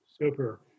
Super